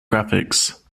graphics